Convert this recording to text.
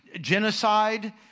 genocide